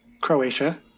Croatia